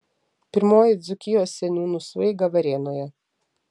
pirmoji dzūkijos seniūnų sueiga varėnoje